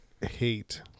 hate